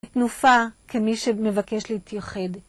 תנופה כמי שמבקש להתייחד.